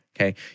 Okay